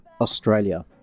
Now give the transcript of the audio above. Australia